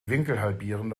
winkelhalbierende